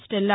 Stella